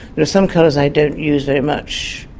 there are some colours i don't use very much,